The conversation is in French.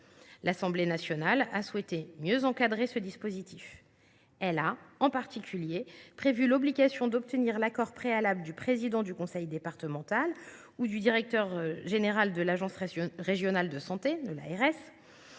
L’Assemblée nationale a souhaité mieux encadrer ce dispositif. Elle a, en particulier, prévu l’obligation d’obtenir l’accord préalable du président du conseil départemental ou du directeur général de l’agence régionale de santé (ARS).